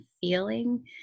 feeling